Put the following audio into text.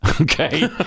Okay